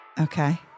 Okay